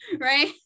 right